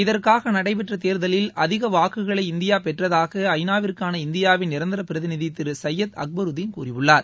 இதற்காக நடைபெற்ற தேர்தலில் அதிக வாக்குகளை இந்தியா பெற்றதாக ஐ நா விற்கான இந்தியாவின் நிரந்தர பிரதிநிதி திரு சையத் அக்பருதீன் கூறியுள்ளார்